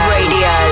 Radio